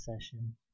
session